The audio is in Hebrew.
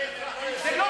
זה סימן טוב.